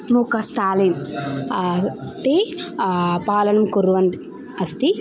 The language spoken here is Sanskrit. सुमुक स्टालिन् ते पालनं कुर्वन्ति अस्ति